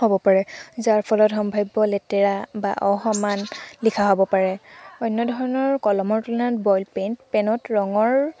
হ'ব পাৰে যাৰ ফলত সাম্ভাব্য লেতেৰা বা অসমান লিখা হ'ব পাৰে অন্য ধৰণৰ কলমৰ তুলনাত বল পেন পেনত ৰঙৰ